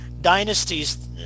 dynasties